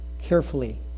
carefully